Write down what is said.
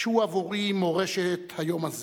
שהוא עבורי מורשת היום הזה.